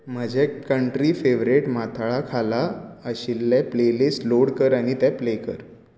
म्हाजें country favourite माथाळ्या खाला आशिल्लें प्लेलिस्ट लोड कर आनी तें प्ले कर